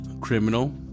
criminal